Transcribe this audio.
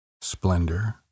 splendor